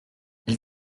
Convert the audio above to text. elle